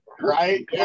right